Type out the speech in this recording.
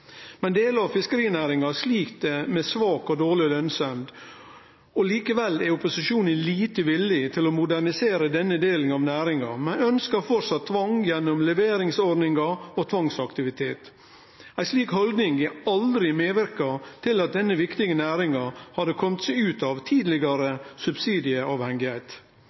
Delar av fiskerinæringa slit med svak og dårleg lønsemd. Likevel er opposisjonen lite villig til å modernisere denne delen av næringa, men ønskjer framleis tvang gjennom leveringsordningar og tvangsaktivitet. Ei slik haldning hadde aldri medverka til at denne viktige næringa hadde kome seg ut av tidlegare